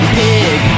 pig